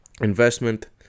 investment